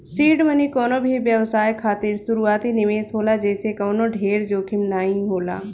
seed money कवनो भी व्यवसाय खातिर शुरूआती निवेश होला जेसे कवनो ढेर जोखिम नाइ होला